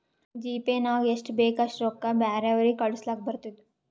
GPay ನಾಗ್ ಎಷ್ಟ ಬೇಕ್ ಅಷ್ಟ ರೊಕ್ಕಾ ಬ್ಯಾರೆವ್ರಿಗ್ ಕಳುಸ್ಲಾಕ್ ಬರ್ತುದ್